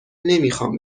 نمیخوام